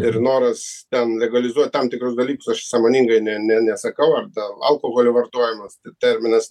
ir noras ten legalizuot tam tikrus dalykus aš sąmoningai ne ne nesakau ar dėl alkoholio vartojimas terminas